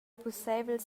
pusseivel